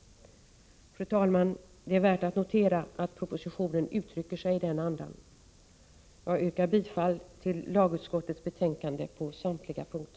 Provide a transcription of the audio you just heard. Fru talman! Det är värt att notera att propositionen uttrycker sig i den andan. Jag yrkar bifall till lagutskottets hemställan på samtliga punkter.